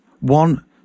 one